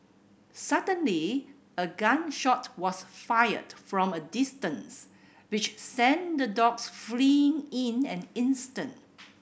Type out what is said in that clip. suddenly a gun shot was fired from a distance which sent the dogs fleeing in an instant